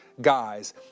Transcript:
guys